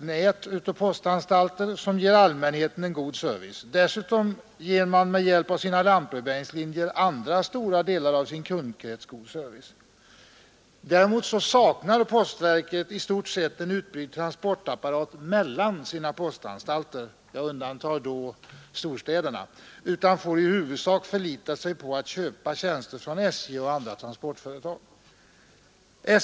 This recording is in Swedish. nät av postanstalter som ger allmänheten en god service. Dessutom ger man med hjälp av sina lantbrevbäringslinjer ytterligare stora delar av sin kundkrets god service. Däremot saknar postverket i stort sett en utbyggd transportapparat mellan sina postanstalter — jag undantar då storstäderna — och får i huvudsak förlita sig på att köpa tjänster från SJ och andra transportföretag.